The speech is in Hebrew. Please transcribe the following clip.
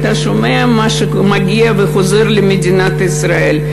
אתה שומע מה שמגיע וחוזר למדינת ישראל?